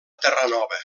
terranova